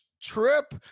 trip